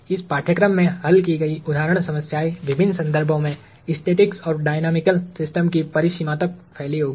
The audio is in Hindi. इस पाठ्यक्रम में हल की गई उदाहरण समस्याएं विभिन्न संदर्भों में स्टैटिक एवं डायनैमिकल सिस्टम की परिसीमा तक फैली होंगी